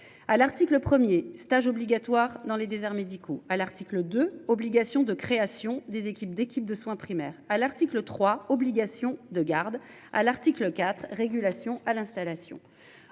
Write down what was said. à l'article premier stage obligatoire dans les déserts médicaux à l'article 2, obligation de création des équipes d'équipes de soins primaires, à l'article 3, obligation de garde à l'article IV régulation à l'installation.